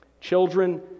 Children